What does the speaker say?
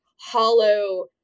hollow